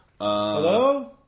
Hello